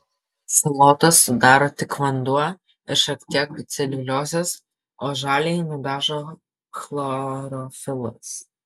salotas sudaro tik vanduo ir šiek tiek celiuliozės o žaliai nudažo chlorofilas